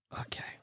Okay